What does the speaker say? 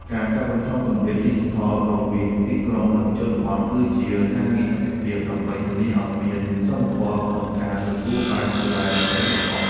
ការកាត់បន្ថយគម្លាតឌីជីថលរវាងទីក្រុង និងជនបទគឺជាការងារអាទិភាពដើម្បីធានាឱ្យមានសមធម៌ក្នុងការទទួលបានសេវាហិរញ្ញវត្ថុ។